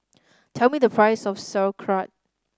tell me the price of Sauerkraut